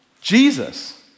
Jesus